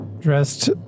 dressed